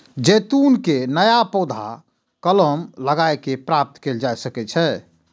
जैतून के नया पौधा कलम लगाए कें प्राप्त कैल जा सकै छै